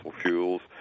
fuels